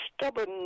stubborn